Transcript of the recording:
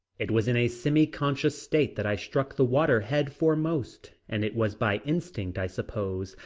it was in a semi-conscious state that i struck the water head foremost, and it was by instinct, i suppose,